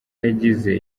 yagize